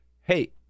Hey